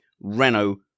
Renault